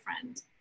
friend